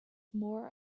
more